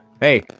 hey